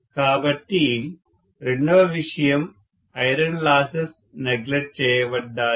కాబట్టి రెండవ విషయం ఐరన్ లాసెస్ నెగ్లెక్ట్ చేయబడ్డాయి